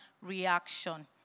reaction